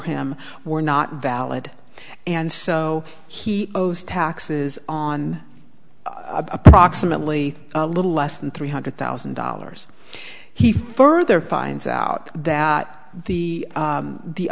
him were not valid and so he owes taxes on approximately a little less than three hundred thousand dollars he further finds out that the